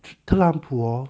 特朗普 hor